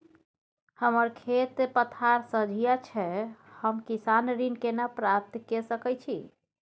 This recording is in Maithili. हमर खेत पथार सझिया छै हम किसान ऋण केना प्राप्त के सकै छी?